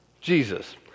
Jesus